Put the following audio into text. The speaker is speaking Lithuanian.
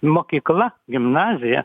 mokykla gimnazija